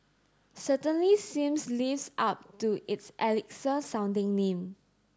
certainly seems lives up to its elixir sounding name